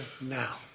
now